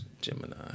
Gemini